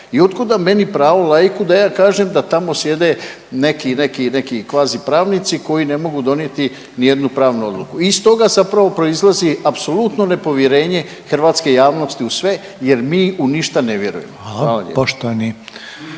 I otkuda meni pravo laiku da kažem da tamo sjede neki, neki, neki kvazi pravnici koji ne mogu donijeti ni jednu pravnu odluku. I iz toga zapravo proizlazi apsolutno nepovjerenje hrvatske javnosti u sve jer mi u ništa ne vjerujemo.